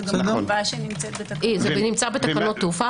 זה נמצא בתקנות תעופה,